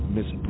Miss